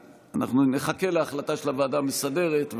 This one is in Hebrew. נחכה להחלטה של הוועדה המסדרת,